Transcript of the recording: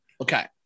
Okay